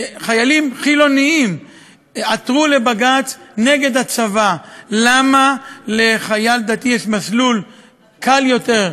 חיילים חילונים עתרו לבג"ץ נגד הצבא: למה לחייל דתי יש מסלול קל יותר,